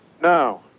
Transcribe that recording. No